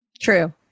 true